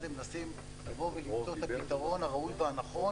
זה מנסים לבוא ולמצוא את הפתרון הראוי והנכון